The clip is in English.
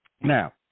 Now